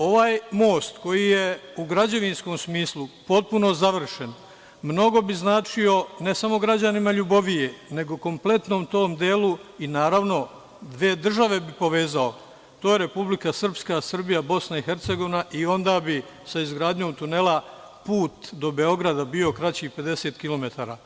Ovaj most koji je u građevinskom smislu potpuno završen mnogo bi značio ne samo građanima Ljubovije nego kompletnom tom delu i dve države bi povezao, to je Republika Srpska, Srbija, Bosna i Hercegovina i onda bi sa izgradnjom tunela put do Beograda bio kraći do 50 km.